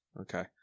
Okay